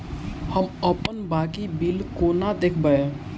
हम अप्पन बाकी बिल कोना देखबै?